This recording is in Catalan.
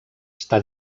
està